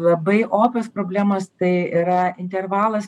labai opios problemos tai yra intervalas